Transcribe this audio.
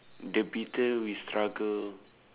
the battle will struggle